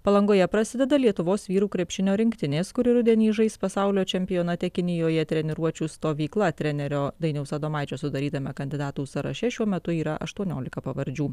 palangoje prasideda lietuvos vyrų krepšinio rinktinės kuri rudenį žais pasaulio čempionate kinijoje treniruočių stovykla trenerio dainiaus adomaičio sudarytame kandidatų sąraše šiuo metu yra aštuoniolika pavardžių